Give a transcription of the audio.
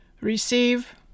Receive